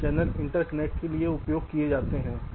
यह channel interconnect के लिए उपयोग किया जाता है